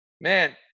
man